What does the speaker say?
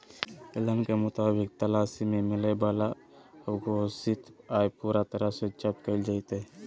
ऐलान के मुताबिक तलाशी में मिलय वाला अघोषित आय पूरा तरह से जब्त कइल जयतय